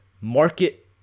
market